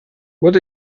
what